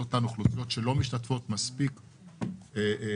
אותן אוכלוסיות שלא משתתפות מספיק בעבודה,